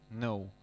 no